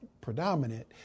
predominant